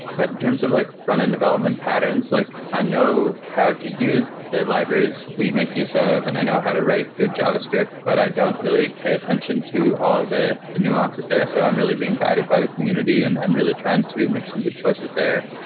but in terms of like front-end development patterns, like i know how to use the libraries we make use of and i know how to write good javascript, but i don't really pay attention to all the nuances there. so i'm really being guided by the community and and really trying to make some good choices there.